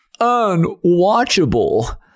unwatchable